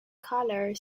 color